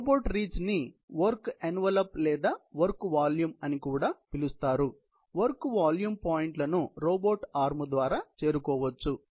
robot reach ని work envelope లేదా work volume అని కూడా పిలుస్తారు వర్క్ వాల్యూమ్ పాయింట్ల ను రోబోట్ ఆర్మ్ ద్వారా చేరుకోవచ్చు